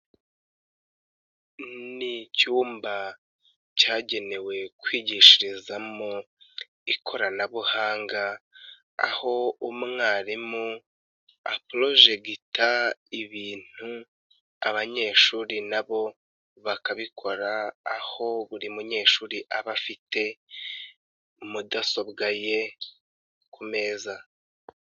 Ni icyumba cyagenewe kwigishiriza mu ikoranabuhanga aho umwarimu aporojegita ibintu abanyeshuri na bo bakabikora aho buri munyeshuri aba afite mudasobwa ye ku meza.